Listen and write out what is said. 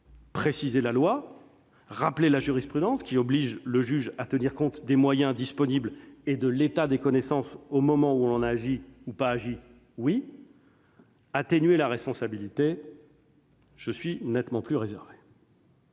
préciser la loi, rappeler la jurisprudence qui oblige le juge à tenir compte des moyens disponibles et de l'état des connaissances au moment où l'on a agi ou pas. Mais je suis nettement plus réservé